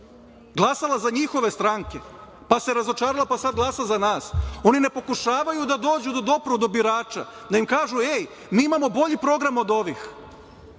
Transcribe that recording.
glasala za njihove stranke, pa se razočarala, pa sad glasa za nas. Oni ne pokušavaju da dođu, da dopru do birača, da im kažu – mi imamo bolji program od ovih.